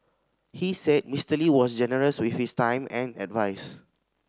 he said Mister Lee was generous with his time and advise